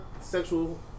sexual